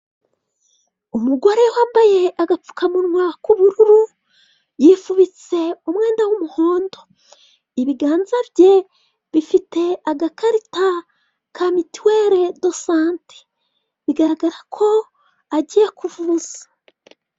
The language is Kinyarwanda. Umugore wambaye agapfukamunwa k'ubururu, yifubitse umwenda w'umuhondo, ibiganza bye bifite agakarita ka mituwere dosante, bigaragara ko agiye kuvuza.